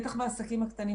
בטח בעסקים הקטנים,